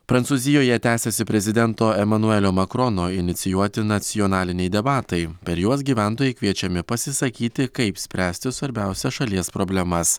prancūzijoje tęsiasi prezidento emanuelio makrono inicijuoti nacionaliniai debatai per juos gyventojai kviečiami pasisakyti kaip spręsti svarbiausias šalies problemas